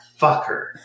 fucker